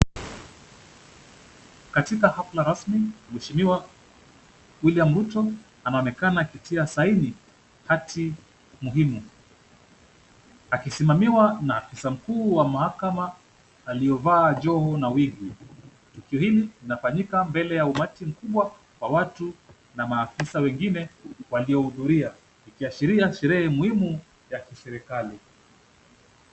Katika hafla rasmi, mweshimiwa William Ruto anaonekana akitia sahihi hati muhimu. Akisimamiwa na afisa mkuu wa mahakama aliyevaa joho na wigi . Tukio hili linafanyika mbele ya umati mkubwa wa watu na maafisa wengine waliohudhuria, ikiashiria sherehe muhimu ya kiserikali.